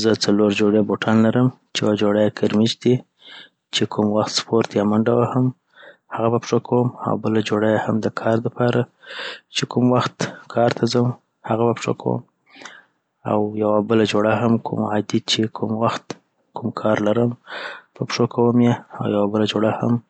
زه څلو جوړې بوټان لرم چی یوه جوړه یی کیرمیچ دی چي کوم وخت سپورت یا منډه وهم هغه په پښتو کوم او بله جوړه یی هم دکار دپاره چي کوم وخت کار ته ځم هغه په پښو کوم او یوه بله هم کوم عادی چي کوم وخت کوم کار لرم په پښو کوم یی. او یوه جوړه هم آ